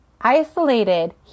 Isolated